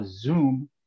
zoom